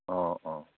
ꯑꯣ ꯑꯣ